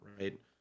Right